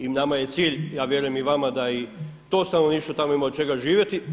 I nama je cilj, ja vjerujem i vama da i to stanovništvo tamo ima od čega živjeti.